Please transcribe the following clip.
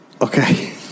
Okay